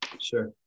sure